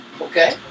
Okay